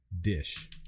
dish